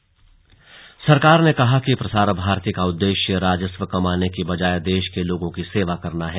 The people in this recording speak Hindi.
स्लग राज्यवर्धन राठौर सरकार ने कहा है कि प्रसार भारती का उद्देश्य राजस्व कमाने की बजाय देश के लोगों की सेवा करना है